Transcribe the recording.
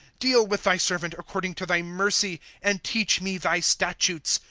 deal with thy servant according to thy mercy, and teach me thy statutes.